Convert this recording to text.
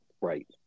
Right